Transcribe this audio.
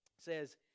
says